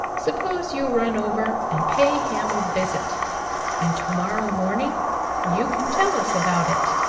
suppose you run over and pay him a visit and to-morrow morning you can tell us about it.